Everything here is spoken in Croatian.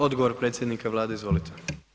Odgovor predsjednika Vlade, izvolite.